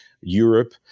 Europe